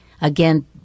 again